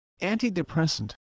antidepressant